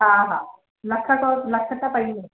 हा हा नख थो लख त पवंदो